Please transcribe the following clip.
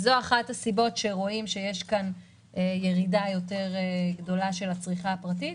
זו אחת הסיבות שהייתה פה ירידה גדולה יותר של הצריכה הפרטית.